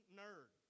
nerd